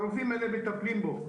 הרופאים מטפלים בו.